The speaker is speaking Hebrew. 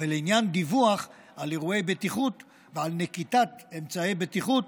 ולעניין דיווח על אירועי בטיחות ועל נקיטת אמצעי בטיחות,